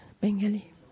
Bengali